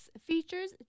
Features